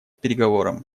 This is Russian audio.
переговорам